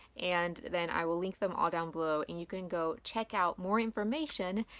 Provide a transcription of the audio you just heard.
and then i will link them all down below. and you can go check out more information,